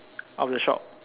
of the shop